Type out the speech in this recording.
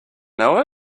know